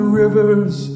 rivers